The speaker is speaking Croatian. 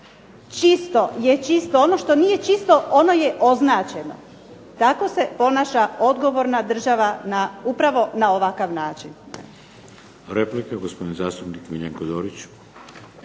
čisto je čisto, ono što nije čisto ono je označeno. Tako se ponaša odgovorna država upravo na ovakav način.